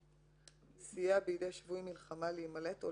"סייע ביד שבוי מלחמה להימלט או